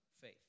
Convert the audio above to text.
faith